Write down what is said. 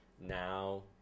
now